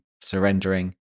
surrendering